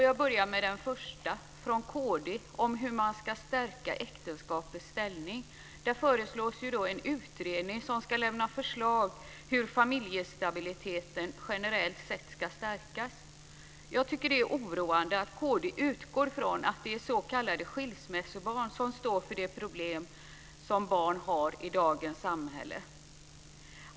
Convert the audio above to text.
Jag börjar med den första, från kd, om hur man ska stärka äktenskapets ställning. Där föreslås en utredning med uppgift att lämna förslag till hur familjestabiliteten generellt sett ska stärkas. Jag tycker att det är oroande att kd utgår från att det är s.k. skilsmässobarn som står för de problem som barn har i dagens samhälle.